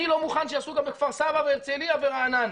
אני לא מוכן שיעשו גם בכפר סבא והרצליה ורעננה.